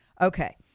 Okay